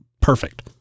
perfect